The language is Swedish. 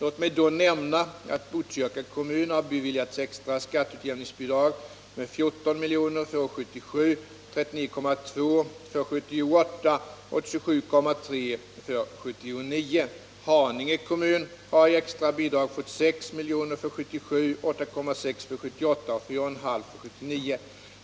Låt mig då nämna att Botkyrka kommun har beviljats extra skatteutjämningsbidrag med 14 milj.kr. för år 1977, 39,2 milj.kr. för år 1978 och 27,3 milj.kr. för år 1979. Haninge kommun har i extra bidrag fått 6 milj.kr. för år 1977, 8,6 milj.kr. för år 1978 och 4,5 milj.kr. för år 1979.